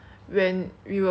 like with mum